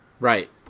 Right